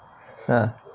ya